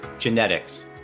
genetics